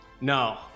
no